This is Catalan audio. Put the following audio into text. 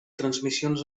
transmissions